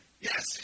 yes